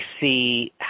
see